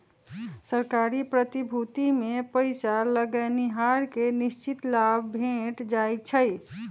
सरकारी प्रतिभूतिमें पइसा लगैनिहार के निश्चित लाभ भेंट जाइ छइ